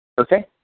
Okay